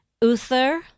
Uther